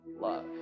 love